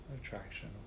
attraction